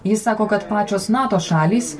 jis sako kad pačios nato šalys